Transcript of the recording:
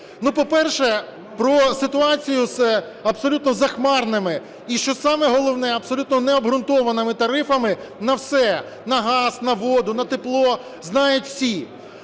По-перше, про ситуацію з абсолютно захмарними і, що саме головне, абсолютно необґрунтованими тарифами на все: на газ, на воду, на тепло знають всі,